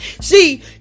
See